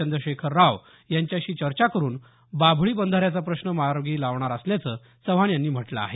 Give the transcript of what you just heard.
चंद्रशेखर राव यांच्याशी चर्चा करून बाभळी बंधाऱ्याचा प्रश्न मार्गी लावणार असल्याचं चव्हाण यांनी म्हटलं आहे